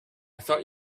thought